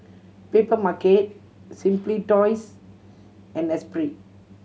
Papermarket Simply Toys and Esprit